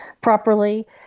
properly